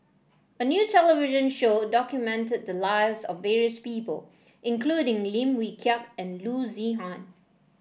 a new television show documented the lives of various people including Lim Wee Kiak and Loo Zihan